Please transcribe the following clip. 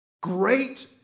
great